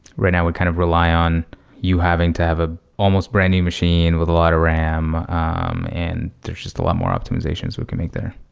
right now we kind of rely on you having to have an ah almost brand-new machine with a lot of ram um and there's just a lot more optimizations we can make there.